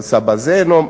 sa bazenom